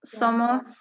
somos